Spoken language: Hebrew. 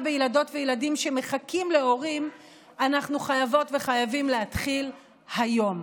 בילדות וילדים שמחכים להורים אנחנו חייבות וחייבים להתחיל היום.